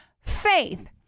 faith